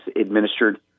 administered